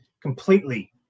completely